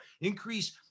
increase